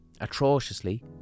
atrociously